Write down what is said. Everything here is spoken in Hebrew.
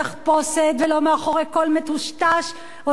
ולא מאחורי קול מטושטש או זהות בדויה.